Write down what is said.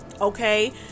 Okay